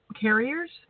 carriers